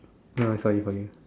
no it's for you for you